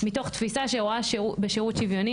מתוך תפיסה שרואה בשירות שוויוני,